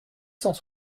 cent